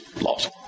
laws